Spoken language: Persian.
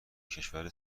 کشور